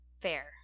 fair